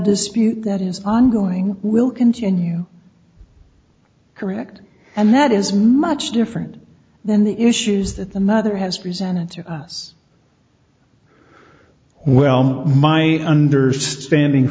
dispute that is ongoing will continue correct and that is much different than the issues that the mother has presented to us well my understanding